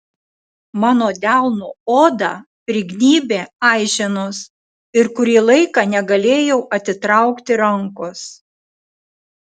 mano delno odą prignybė aiženos ir kurį laiką negalėjau atitraukti rankos